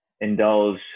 indulge